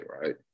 right